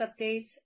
updates